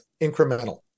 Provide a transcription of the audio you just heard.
incremental